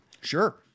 Sure